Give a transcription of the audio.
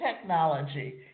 technology